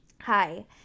Hi